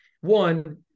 one